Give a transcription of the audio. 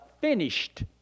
finished